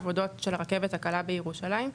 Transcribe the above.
עבודות של הרכבת הקלה בירושלים,